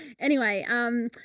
anyway, um,